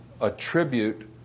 attribute